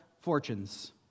fortunes